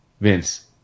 Vince